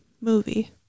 movie